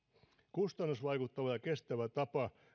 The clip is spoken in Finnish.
kustannusvaikuttava ja kestävä tapa